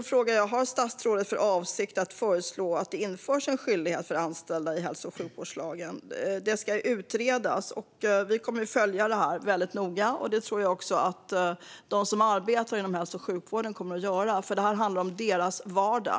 Har statsrådet för avsikt att föreslå att det införs en skyldighet för anställda i hälso och sjukvården? Det ska utredas, och vi kommer att följa detta väldigt noga. Det tror jag att också de som arbetar inom hälso och sjukvården kommer att göra, för det här handlar om deras vardag.